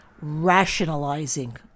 rationalizing